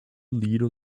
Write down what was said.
leader